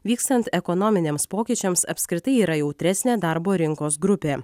vykstant ekonominiams pokyčiams apskritai yra jautresnė darbo rinkos grupė